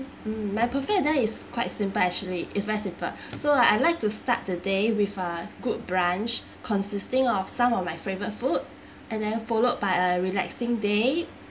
mm my buffet there is quite simple actually is very simple so I'd like to start the day with a good brunch consisting of some of my favourite food and then followed by a relaxing day